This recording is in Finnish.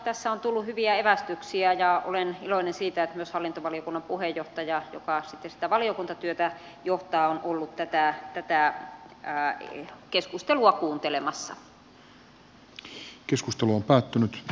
tässä on tullut hyviä evästyksiä ja olen iloinen siitä että myös hallintovaliokunnan puheenjohtaja joka sitten sitä valiokuntatyötä johtaa on ollut tätä keskustelua kuuntelemassa